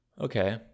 Okay